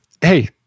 Hey